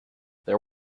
there